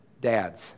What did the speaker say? dads